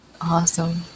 Awesome